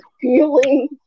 feeling